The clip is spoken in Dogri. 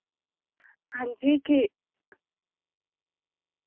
हां जी की